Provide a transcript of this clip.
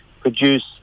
produce